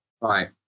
right